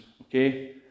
okay